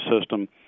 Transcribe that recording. system